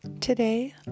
Today